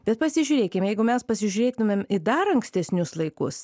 bet pasižiūrėkim jeigu mes pasižiūrėtumėm į dar ankstesnius laikus